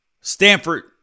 Stanford